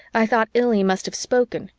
i thought illy must have spoken,